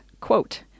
quote